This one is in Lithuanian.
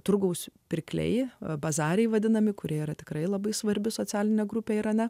turgaus pirkliai o bazaliai vadinami kurie yra tikrai labai svarbi socialinė grupė ir ana